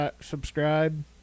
subscribe